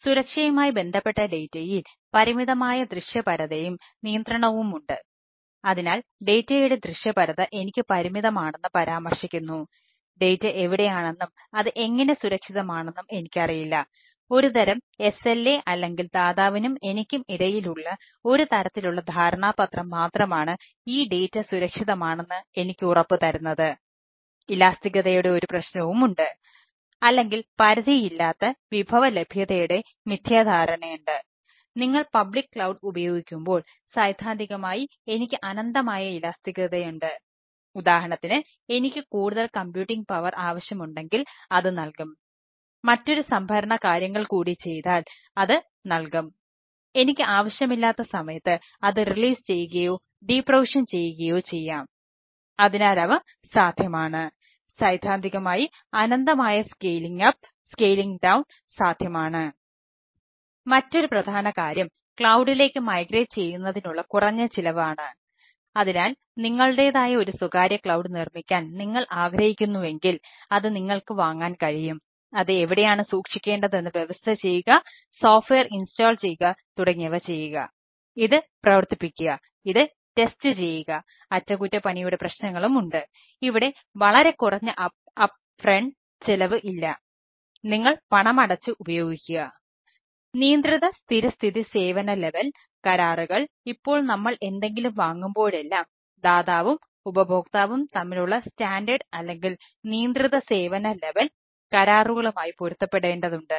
സുരക്ഷയുമായി ബന്ധപ്പെട്ട ഡാറ്റയിൽ സാധ്യമാണ് മറ്റൊരു പ്രധാന കാര്യം ക്ലൌഡിലേക്ക് കരാറുകളുമായി പൊരുത്തപ്പെടേണ്ടതുണ്ട്